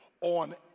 on